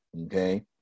Okay